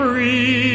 Free